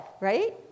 right